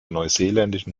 neuseeländischen